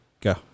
Go